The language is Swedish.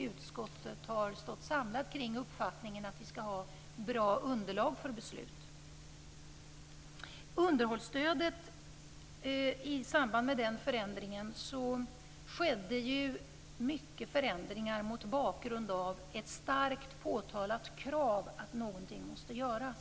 Utskottet har stått samlat kring uppfattningen att vi skall ha bra underlag för beslut. I samband med förändringen av underhållsstödet skedde det ju många förändringar mot bakgrund av ett starkt påtalat krav att något måste göras.